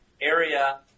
area